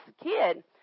kid